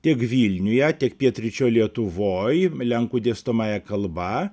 tiek vilniuje tiek pietryčio lietuvoj lenkų dėstomąja kalba